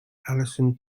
alison